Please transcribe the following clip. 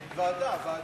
ועדה, ועדה.